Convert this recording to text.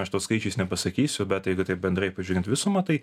aš tau skaičiais nepasakysiu bet jeigu taip bendrai pažiūrint į visumą tai